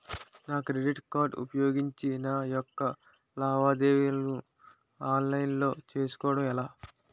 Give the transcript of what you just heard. నా credit card ఉపయోగించి నా యెక్క లావాదేవీలను ఆన్లైన్ లో చేసుకోవడం ఎలా?